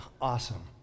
awesome